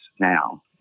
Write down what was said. now